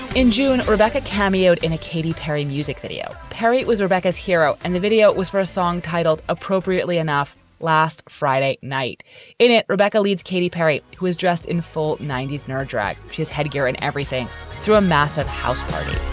in june rebecca cameo in a katy perry music video. perry, it was rebecca's hero. and the video was for a song titled, appropriately enough last friday night in it, rebecca leads katy perry, who is dressed in full ninety s nerd drag she has headgear and everything through a massive house party.